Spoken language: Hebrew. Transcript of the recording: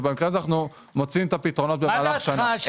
ואז אנחנו מוצאים את הפתרונות במהלך השנה.